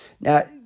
Now